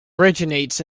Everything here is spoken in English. originates